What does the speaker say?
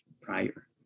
prior